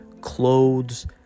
clothes